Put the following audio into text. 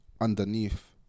underneath